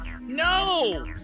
No